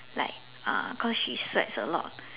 like uh cause she sweats a lot